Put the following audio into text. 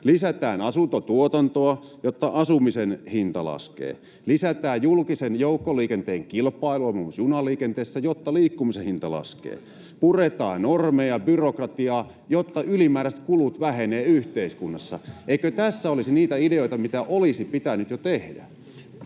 lisätään asuntotuotantoa, jotta asumisen hinta laskee, lisätään julkisen joukkoliikenteen kilpailua, muun muassa junaliikenteessä, jotta liikkumisen hinta laskee, puretaan normeja ja byrokratiaa, jotta ylimääräiset kulut vähenevät yhteiskunnassa. Eikö tässä olisi niitä ideoita, mitä olisi pitänyt jo tehdä?